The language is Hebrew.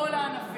כל הענפים,